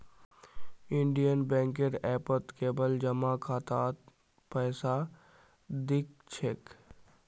Indian बैंकेर ऐपत केवल जमा खातात पैसा दि ख छेक